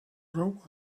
road